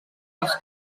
les